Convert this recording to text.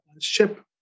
ship